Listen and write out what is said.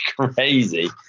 crazy